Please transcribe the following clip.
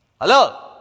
Hello